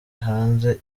hanze